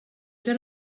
joan